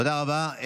תודה רבה.